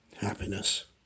happiness